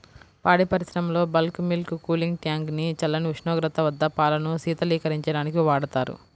పాడి పరిశ్రమలో bulk milk cooling tank ని చల్లని ఉష్ణోగ్రత వద్ద పాలను శీతలీకరించడానికి వాడతారు